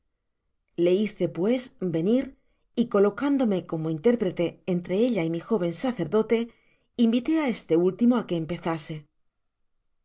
le hice pues venir y colocándome como intérprete entre ella y mi joven sacerdote invité á este último á que empezase